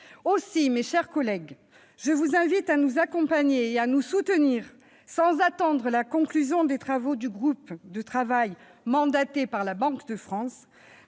Aussi, mes chers collègues, je vous invite à nous accompagner et à nous soutenir, sans attendre la conclusion des travaux du groupe de travail mandaté par la Banque de France,